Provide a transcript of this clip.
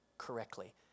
correctly